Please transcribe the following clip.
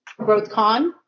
GrowthCon